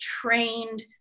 trained